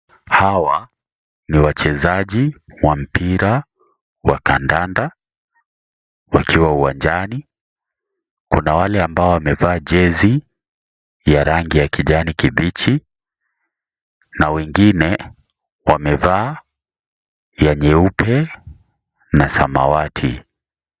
Hawa ni wachezaji wa mpira wa kandanda wakiwa uwanjani. Kuna wale ambao wamevaa jezi ya rangi ya kijani kibichi, na wamevaa vya nyeupe na samawati.